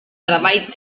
treball